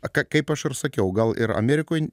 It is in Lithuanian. kaip aš ir sakiau gal ir amerikoj